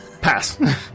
Pass